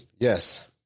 yes